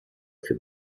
für